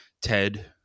Ted